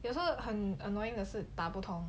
有时候很 annoying 的是大不通